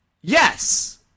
Yes